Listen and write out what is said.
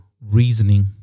reasoning